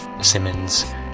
Simmons